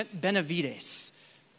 Benavides